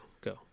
go